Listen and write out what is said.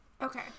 Okay